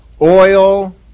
oil